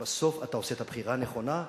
ובסוף אתה עושה את הבחירה הנכונה,